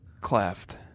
cleft